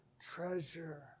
treasure